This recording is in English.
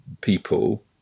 people